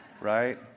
right